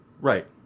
Right